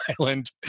Island